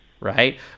right